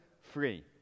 free